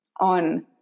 on